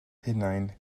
hunain